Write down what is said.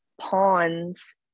pawns